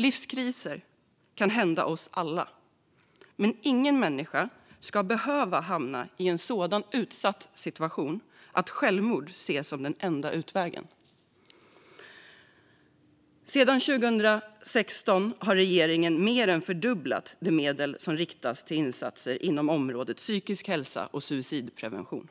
Livskriser kan hända oss alla, men ingen människa ska behöva hamna i en sådan utsatt situation att självmord ses som den enda utvägen. Sedan 2016 har regeringen mer än fördubblat de medel som riktas till insatser inom området psykisk hälsa och suicidprevention